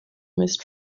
missed